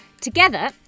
Together